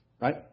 Right